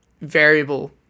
variable